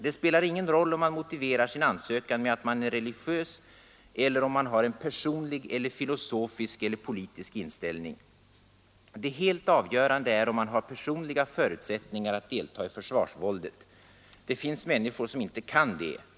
Det spelar ingen roll om man motiverar sin ansökan med att man är religiös, eller om man har en personlig eller filosofisk eller politisk inställning. Det helt avgörande är om man har personliga förutsättningar att delta i försvarsvåldet. Det finns människor som inte kan det.